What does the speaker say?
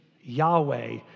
Yahweh